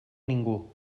ningú